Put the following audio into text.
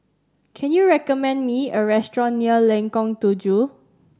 can you recommend me a restaurant near Lengkong Tujuh